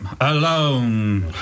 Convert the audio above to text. alone